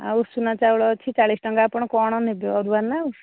ଆଉ ଉଷୁନା ଚାଉଳ ଅଛି ଚାଳିଶ ଟଙ୍କା ଆପଣ କ'ଣ ନେବେ ଅରୁଆ ନା ଉଷୁନା